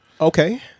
okay